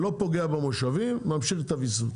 אני לא פוגע במושבים, ממשיך את הוויסות.